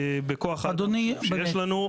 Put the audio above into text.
בכוח האדם שיש לנו,